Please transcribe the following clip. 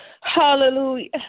Hallelujah